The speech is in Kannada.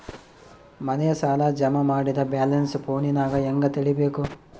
ಮನೆ ಸಾಲ ಜಮಾ ಮಾಡಿದ ಬ್ಯಾಲೆನ್ಸ್ ಫೋನಿನಾಗ ಹೆಂಗ ತಿಳೇಬೇಕು?